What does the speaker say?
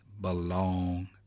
belong